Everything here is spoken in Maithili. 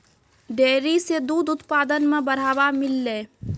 डेयरी सें दूध उत्पादन म बढ़ावा मिललय